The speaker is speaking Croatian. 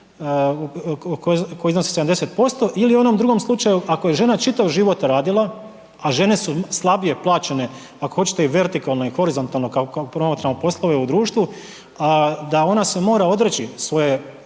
koji iznosi 70% ili u onom drugom slučaju ako je žena čitav život radila, a žene su slabije plaćene ako hoćete i vertikalno i horizontalno kako promatramo poslove u društvu, da ona se mora odreći svoje